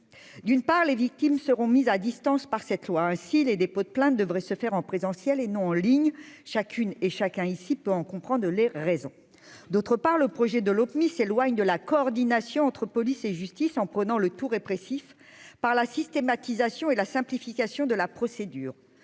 d'une part, les victimes seront mises à distance par cette loi ainsi les dépôts de plainte devrait se faire en présentiel et non en ligne chacune et chacun ici peut en comprendre les raisons d'autre part, le projet de l'autre mis s'éloigne de la coordination entre police et justice en prenant le tout répressif par la systématisation et la simplification de la procédure